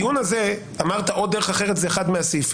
הדיון הזה, אמרת או דרך אחרת זה אחד מהסעיפים.